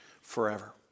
forever